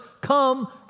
come